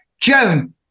Joan